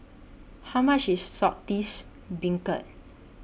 How much IS Saltish Beancurd